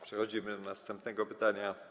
Przechodzimy do następnego pytania.